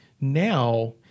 now